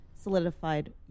solidified